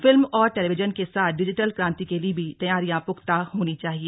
film और television के साथ डिजिटल क्रांति के लिए भी तैयारियां पुख्ता होनी चाहिए